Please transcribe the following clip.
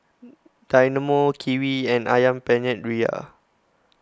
Dynamo Kiwi and Ayam Penyet Ria